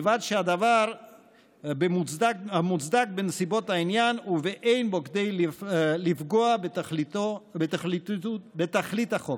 ובלבד שהדבר מוצדק בנסיבות העניין ואין בו כדי לפגוע בתכלית החוק.